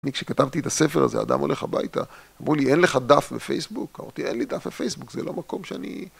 אני כשכתבתי את הספר הזה, אדם הולך הביתה, אמרו לי, אין לך דף בפייסבוק? אמרתי, אין לי דף בפייסבוק, זה לא מקום שאני...